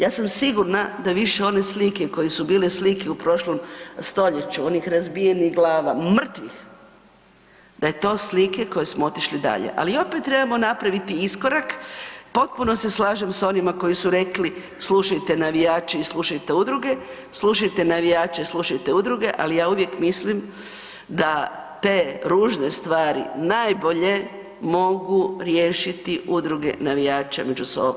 Ja sam sigurna da više one slike koje su bile slike u prošlom stoljeću, onih razbijenih glava, mrtvih, da je to slike koje smo otišli dalje, ali opet trebamo napraviti iskorak, potpuno se slažem s onima koji su rekli slušajte navijače i slušajte udruge, slušajte navijače i slušajte udruge ali ja uvijek mislim da te ružne stvari najbolje mogu riješiti udruge navijača među sobom.